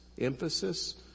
emphasis